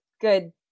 good